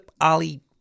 Ollie